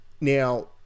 Now